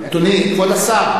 אדוני כבוד השר.